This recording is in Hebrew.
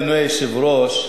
אדוני היושב-ראש,